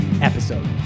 episode